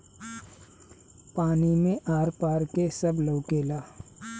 पानी मे आर पार के सब लउकेला